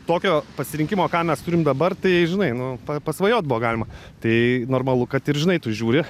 tokio pasirinkimo ką mes turim dabar tai žinai nu pasvajot buvo galima tai normalu kad ir žinai tu žiūri